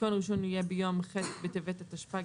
עדכון ראשון יהיה ביום ח' בטבת התשפ"ג,